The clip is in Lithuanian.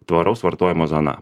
tvaraus vartojimo zona